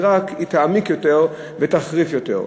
היא רק תעמיק יותר ותחריף יותר.